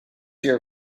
your